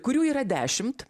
kurių yra dešimt